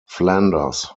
flanders